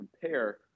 compare